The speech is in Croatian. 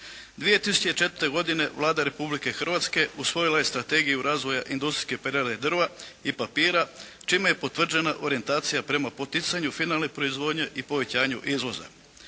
2004. godine Vlada Republike Hrvatske usvojila je Strategiju razvoja industrijske prerade drva i papira čime je potvrđena orijentacija prema poticanju finalne proizvodnje i povećanju izvoza.